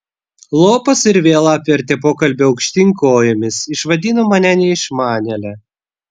lopas ir vėl apvertė pokalbį aukštyn kojomis išvadino mane neišmanėle